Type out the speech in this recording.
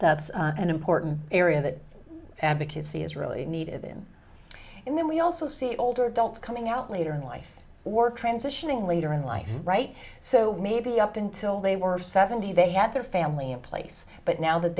that's an important area that advocacy is really needed in and then we also see older adults coming out later in life or transitioning later in life right so maybe up until they were seventy they had their family in place but now that